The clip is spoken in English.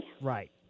Right